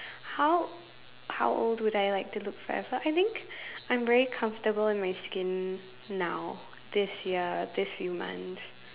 how how old would I like to look forever I think I'm very comfortable in my skin now this year this few months